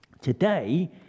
Today